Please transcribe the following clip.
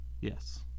Yes